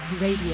Radio